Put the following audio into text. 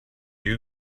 you